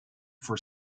for